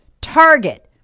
target